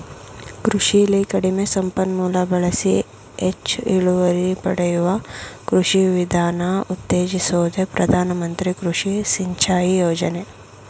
ಕೃಷಿಲಿ ಕಡಿಮೆ ಸಂಪನ್ಮೂಲ ಬಳಸಿ ಹೆಚ್ ಇಳುವರಿ ಪಡೆಯುವ ಕೃಷಿ ವಿಧಾನ ಉತ್ತೇಜಿಸೋದೆ ಪ್ರಧಾನ ಮಂತ್ರಿ ಕೃಷಿ ಸಿಂಚಾಯಿ ಯೋಜನೆ